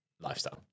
lifestyle